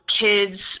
kids